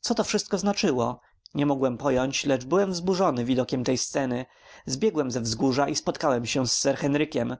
co to wszystko znaczyło nie mogłem pojąć lecz byłem wzburzony widokiem tej sceny zbiegłem ze wzgórza i spotkałem się z sir henrykiem